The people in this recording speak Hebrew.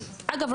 אגב,